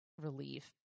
relief